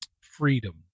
freedom